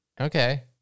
Okay